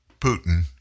Putin